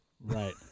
Right